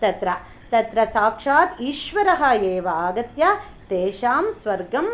तत्र तत्र साक्षात् ईश्वरः एव आगत्य तेषां स्वर्गं